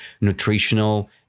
nutritional